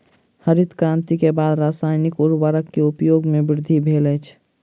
हरित क्रांति के बाद रासायनिक उर्वरक के उपयोग में वृद्धि भेल अछि